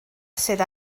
sydd